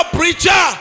preacher